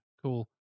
cool